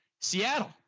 seattle